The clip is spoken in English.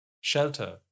shelter